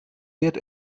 wird